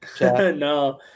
no